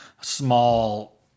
small